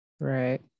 Right